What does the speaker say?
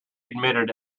admitted